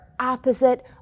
opposite